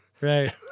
Right